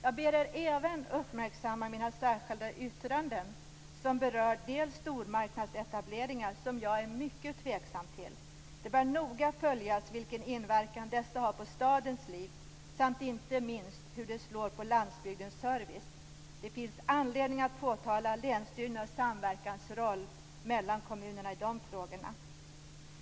Jag ber er även uppmärksamma mina särskilda yttranden som berör stormarknadsetableringar. Jag är mycket tveksam till dessa. Det bör noga följas vilken inverkan dessa har på stadens liv samt inte minst hur det slår på landsbygdens service. Det finns anledning att påtala länsstyrelsernas roll när det gäller samverkan mellan kommunerna i de frågorna.